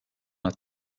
nad